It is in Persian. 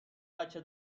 بچه